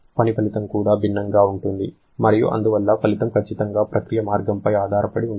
పని ఫలితం కూడా భిన్నంగా ఉంటుంది మరియు అందువల్ల ఫలితం ఖచ్చితంగా ప్రక్రియ మార్గంపై ఆధారపడి ఉంటుంది